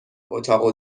اتاق